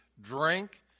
drink